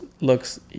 looks